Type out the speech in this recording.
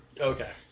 Okay